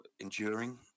enduring